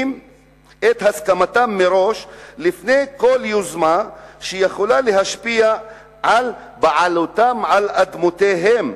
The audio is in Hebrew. הסכמתם מראש לפני כל יוזמה שיכולה להשפיע על בעלותם על אדמותיהם,